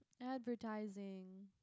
Advertising